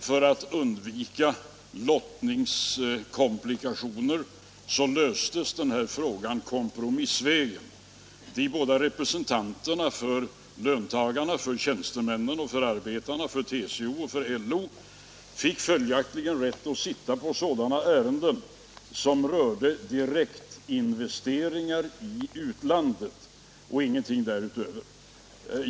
För att undvika lottningskomplikationer löste vi den här frågan kompromissvägen. De båda representanterna för löntagarna, för tjänstemännen och för arbetarna - dvs. för TCO och för LO -— fick följaktligen rätt att sitta med vid behandlingen av sådana ärenden som rörde direkta investeringar i utlandet och ingenting därutöver.